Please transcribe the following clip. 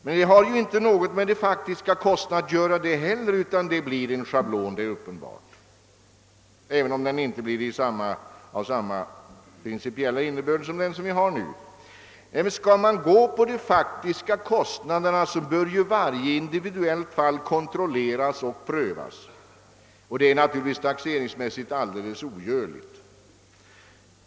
Detta har inte heller något med de faktiska kostnaderna att göra. Det blir uppenbarligen också en schablon, även om den inte har samma principiella innebörd som den vi har nu. Skall man gå på de faktiska kostnaderna, bör varje individuellt fall kontrolleras och prövas. Det är naturligtvis taxeringsmässigt alldeles ogörligt.